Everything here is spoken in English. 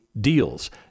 deals